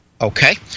Okay